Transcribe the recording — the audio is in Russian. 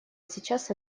сейчас